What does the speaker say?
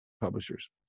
publishers